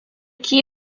key